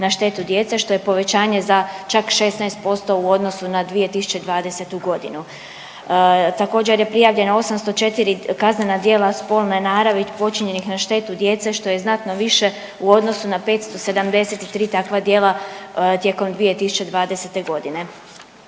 na štetu djece što je povećanje čak za 16% u odnosu na 2020. godinu. Također je prijavljeno 804 kaznena djela spolne naravi počinjenih na štetu djecu što je znatno više u odnosu na 573 takva djela tijekom 2020. godine.